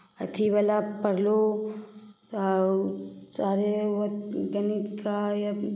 अथी वाला पढ़ लो या ऊ चाहे गणित का या